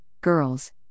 girls